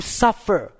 suffer